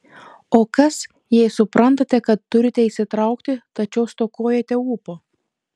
o kas jei suprantate kad turite įsitraukti tačiau stokojate ūpo